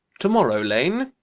to-morrow, lane,